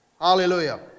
Hallelujah